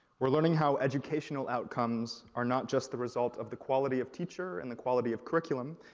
we're learning how educational outcomes are not just the result of the quality of teacher and the quality of curriculum,